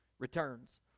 returns